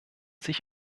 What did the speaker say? sich